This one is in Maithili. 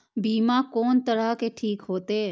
बीमा कोन तरह के ठीक होते?